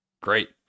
Great